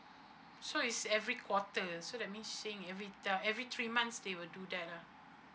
so it's every quarter so that means saying every uh every three months they will do that ah